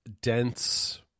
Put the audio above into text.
dense